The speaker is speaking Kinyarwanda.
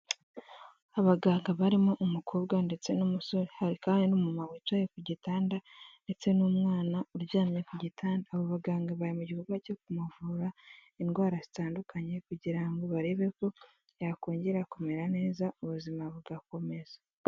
Abaganga barimo umukobwa ndetse n'umusore hari kandi n'umumama wicaye ku gitanda ndetse n'umwana uryamye ku gitanda. Abo baganga bari mu gikorwa cyo kumuvura indwara zitandukanye kugira ngo barebe ko yakongera kumera neza, ubuzima bugakomeza.